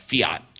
fiat